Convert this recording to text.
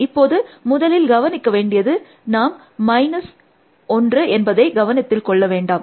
இப்போது முதலில் கவனிக்க வேண்டியது நாம் மைனஸ் 1 என்பதை கவனத்தில் கொள்ள வேண்டாம்